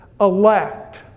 Elect